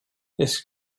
this